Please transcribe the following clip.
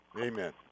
Amen